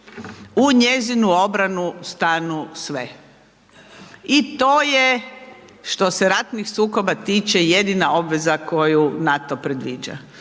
u njezinu obranu stanu sve. I to je što se ratnih sukoba tiče, jedina obaveza koju NATO predviđa.